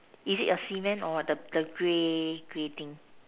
is it a cement or the the grey grey thing